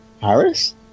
Paris